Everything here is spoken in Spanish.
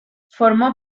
formó